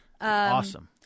Awesome